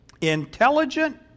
Intelligent